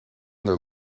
their